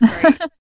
great